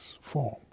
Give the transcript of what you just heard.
form